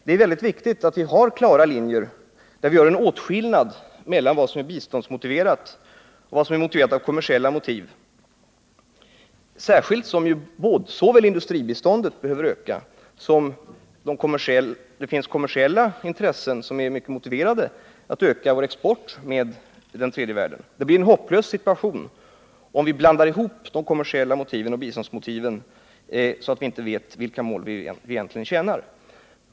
Det är mycket viktigt att vi har klara linjer där vi gör en åtskillnad mellan vad som är biståndsmotiverat och vad som är motiverat från kommersiell synpunkt, särskilt som industribiståndet behöver öka samtidigt som det finns kommersiella intressen som är mycket motiverade. Vi behöver öka vår export till tredje världen. Det blir en hopplös situation, om vi blandar ihop de kommersiella motiven och biståndsmotiven, så att vi egentligen inte vet vilka intressen vi tjänar.